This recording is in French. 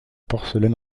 porcelaine